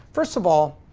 first of all,